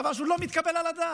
זה דבר שהוא לא מתקבל על הדעת,